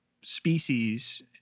species